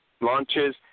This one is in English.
launches